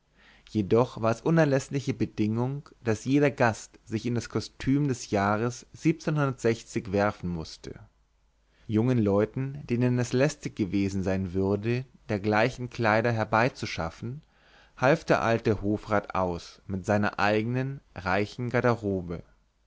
jedoch war es unerläßliche bedingung daß jeder gast sich in das kostüm des jahres werfen mußte jungen leuten denen es lästig gewesen sein würde dergleichen kleider herbeizuschaffen half der hofrat aus mit seiner eigenen reichen garderobe